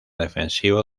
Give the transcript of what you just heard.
defensivo